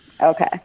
Okay